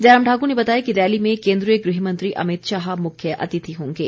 जयराम ठाकुर ने बताया कि रैली में केन्द्रीय गृहमंत्री अमितशाह मुख्य अतिथि होंगे